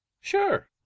Sure